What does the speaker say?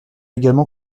également